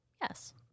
Yes